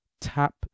tap